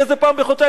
איזה פעם בחודשיים,